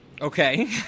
Okay